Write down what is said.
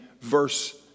verse